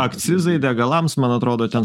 akcizai degalams man atrodo ten